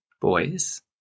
boys